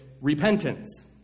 repentance